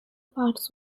parts